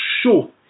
show